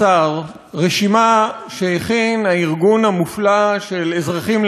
רשימה שהכין הארגון המופלא "אזרחים למען הסביבה".